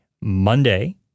Monday